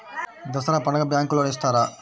దసరా పండుగ bank loan ఇస్తారా?